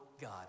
God